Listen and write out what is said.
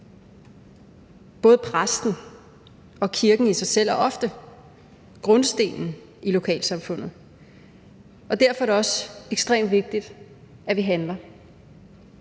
Både præsten og kirken i sig selv er ofte grundstenen i lokalsamfundet. Derfor er det også ekstremt vigtigt, at vi handler.